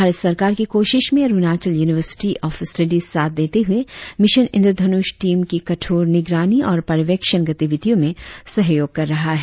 भारत सरकार की कोशिश में अरुणाचल युनिवार्सिटी ऑफ स्टाडिस साथ देते हुए मिशन इंद्रधनुष टीम की कठोर निगरानी और पर्यवेक्षण गतिविधियों में सहयोग कर रहा है